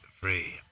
free